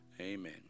amen